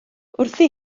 wrthi